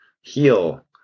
Heal